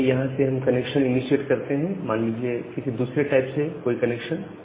आइए यहां से हम कनेक्शन इनीशिएट करते हैं मान लीजिए किसी दूसरे टाइप से कोई अन्य कनेक्शन